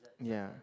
ya